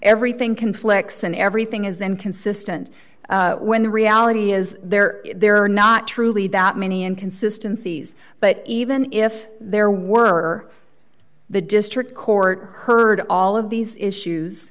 everything conflicts and everything is then consistent when the reality is there there are not truly that many and consistencies but even if there were the district court heard all of these issues